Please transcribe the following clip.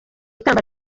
ikamba